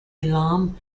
elam